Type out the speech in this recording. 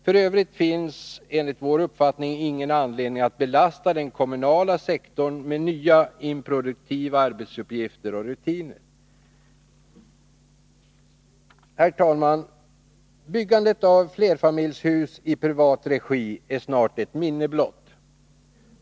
F. ö. finns det enligt vår uppfattning ingen anledning att belasta den kommunala sektorn med nya improduktiva arbetsuppgifter och rutiner. Herr talman! Byggandet av flerfamiljshus i privat regi är snart ett minne blott.